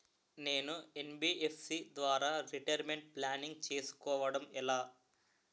నేను యన్.బి.ఎఫ్.సి ద్వారా retirement planning చేసుకోవడం ఎలా?